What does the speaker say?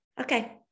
okay